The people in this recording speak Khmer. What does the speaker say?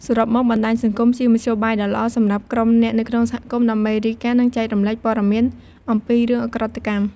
សរុបមក បណ្ដាញសង្គម ជា មធ្យោបាយដ៏ល្អ សម្រាប់ ក្រុមអ្នកនៅក្នុងសហគមន៍ ដើម្បី រាយការណ៍ និង ចែករំលែកព័ត៌មាន អំពី រឿងឧក្រិដ្ឋកម្ម។